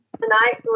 tonight